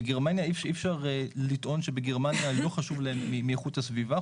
בגרמניה אי אפשר לטעון שבגרמניה לא חשוב להם מאיכות הסביבה.